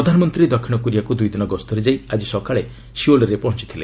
ପ୍ରଧାନମନ୍ତ୍ରୀ ଦକ୍ଷିଣ କୋରିଆକୁ ଦୁଇ ଦିନ ଗସ୍ତରେ ଯାଇ ଆଜି ସକାଳେ ସିଓଲ୍ରେ ପହଞ୍ଚିଥିଲେ